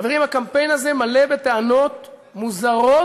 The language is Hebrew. חברים, הקמפיין הזה מלא בטענות מוזרות.